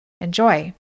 Enjoy